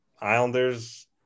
Islanders